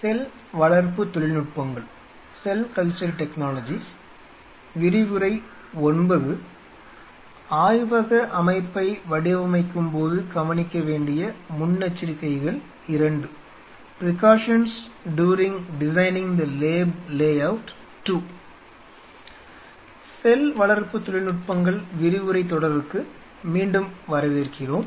செல் வளர்ப்புத் தொழில்நுட்பங்கள் விரிவுரைத் தொடருக்கு மீண்டும் வரவேற்கிறோம்